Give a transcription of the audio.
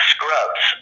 Scrubs